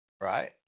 right